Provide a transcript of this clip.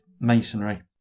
masonry